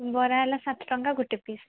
ବରା ହେଲା ସାତ ଟଙ୍କା ଗୋଟେ ପିସ୍